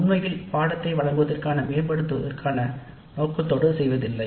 உண்மையில் பாடநெறியை வழங்குவதற்கான மேம்பாடுகளைத் திட்டமிடுதல் நடைபெறுவதில்லை